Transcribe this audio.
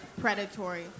predatory